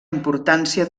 importància